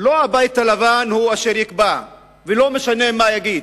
לא הבית הלבן הוא אשר יקבע, ולא משנה מה יגיד.